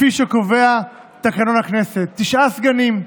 כפי שקובע תקנון הכנסת, תשעה סגנים.